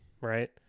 right